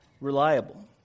reliable